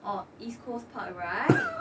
or east coast park right